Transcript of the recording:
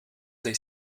they